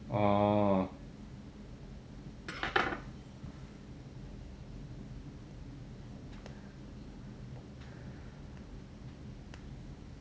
orh